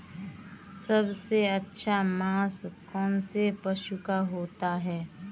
सबसे अच्छा मांस कौनसे पशु का होता है?